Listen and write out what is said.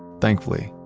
thankfully,